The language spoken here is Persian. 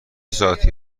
ساعتی